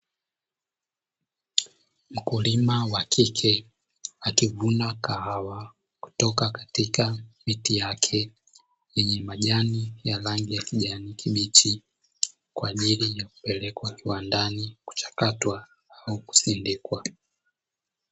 Mkulima wa kike akivuna kahawa kutoka katika miti yake, yenye majani ya rangi ya kijani kibichi kwajili ya kupelekwa kiwandani kuchakatwa au kusindikwa.